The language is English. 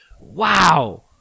Wow